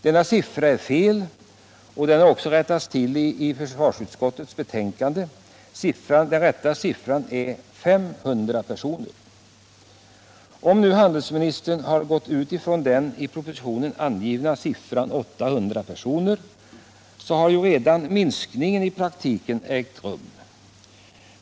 Denna siffra är fel, och den har också rättats till i försvarsutskottet; den rätta uppgiften är 500 personer. Om nu handelsministern har gått ut ifrån den i propositionen angivna siffran 800, så har ju redan minskningen i praktiken ägt rum.